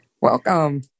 Welcome